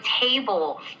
table